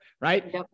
Right